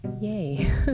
Yay